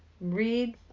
read